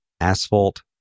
asphalt